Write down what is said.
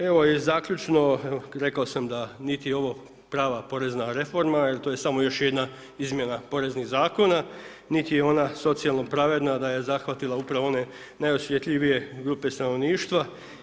Evo, i zaključno, rekao sam da niti je ovo prava porezna reforma, jel to je samo još jedna izmjena poreznih zakona, niti je ona socijalno pravedna da je zahvatila upravo one najosjetljivije grupe stanovništva.